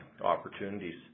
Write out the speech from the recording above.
opportunities